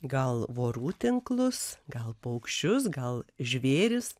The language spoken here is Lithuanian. gal vorų tinklus gal paukščius gal žvėris